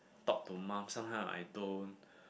talk to mom sometimes I don't